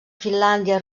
finlàndia